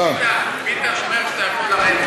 אומר שאתה יכול לרדת.